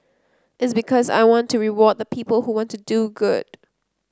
it's because I want to reward the people who want to do good